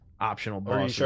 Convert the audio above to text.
optional